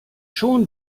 schon